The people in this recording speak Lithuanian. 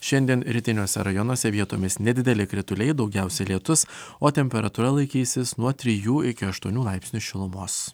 šiandien rytiniuose rajonuose vietomis nedideli krituliai daugiausia lietus o temperatūra laikysis nuo trijų iki aštuonių laipsnių šilumos